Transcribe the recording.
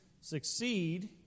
succeed